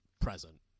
present